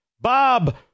Bob